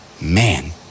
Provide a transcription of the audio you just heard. man